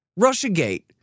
Russiagate